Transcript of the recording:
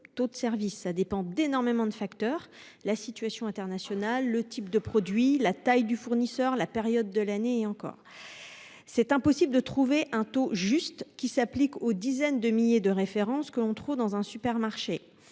taux de service. Cela dépend d'énormément de facteurs- la situation internationale, le type de produits, la taille du fournisseur, la période de l'année, etc. Il est impossible de trouver un taux unique qui soit juste pour les dizaines de milliers de références qu'on trouve dans un supermarché.